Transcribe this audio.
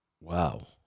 Wow